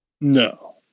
No